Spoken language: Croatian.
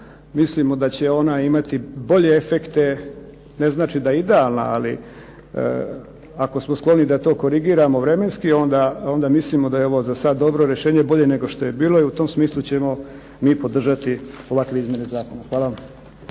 Mislimo da će ona imati bolje efekte, ne znači da je idealna ali ako smo skloni da to korigiramo vremenski onda mislimo da je ovo za sad dobro rješenje, bolje nego što je bilo i u tom smislu ćemo mi podržati ovakve izmjene zakona. Hvala vam.